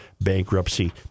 bankruptcy